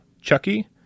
Chucky